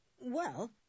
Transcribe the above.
Well